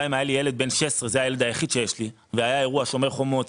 גם אם היה לי ילד בן 16 והיה אירוע שומר החומות,